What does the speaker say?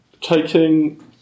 taking